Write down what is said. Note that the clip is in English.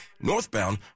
northbound